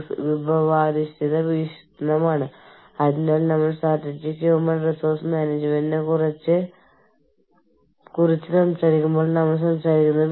നിങ്ങൾ ഇന്ത്യയിലാണ് അധിഷ്ഠിതമെങ്കിൽ കറൻസി ഉള്ള ഒരു രാജ്യത്താണ് നിങ്ങൾ പ്രവർത്തിക്കുന്നതെങ്കിൽ കറൻസിയുടെ മൂല്യം ഇന്ത്യൻ രൂപയുടെ അടിസ്ഥാനത്തിൽ അല്ലെങ്കിൽ ഇന്ത്യൻ രൂപയുമായി താരതമ്യപ്പെടുത്തുമ്പോൾ പതിവായി മാറിക്കൊണ്ടിരിക്കുന്നു